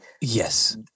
yes